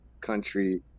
country